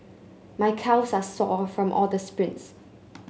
my calves are sore from all the sprints